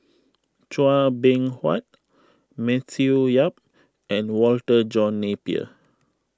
Chua Beng Huat Matthew Yap and Walter John Napier